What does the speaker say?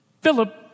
Philip